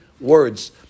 words